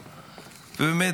ובאמת,